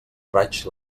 raig